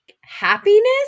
happiness